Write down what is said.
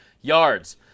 Yards